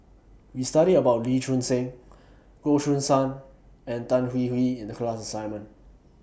We studied about Lee Choon Seng Goh Choo San and Tan Hwee Hwee in The class assignment